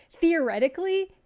Theoretically